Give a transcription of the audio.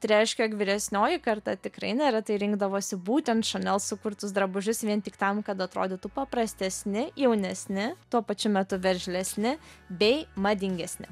tai reiškia jog vyresnioji karta tikrai neretai rinkdavosi būtent šanel sukurtus drabužius vien tik tam kad atrodytų paprastesni jaunesni tuo pačiu metu veržlesni bei madingesni